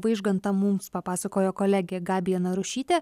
vaižgantą mums papasakojo kolegė gabija narušytė